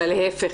אלא להיפך,